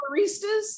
baristas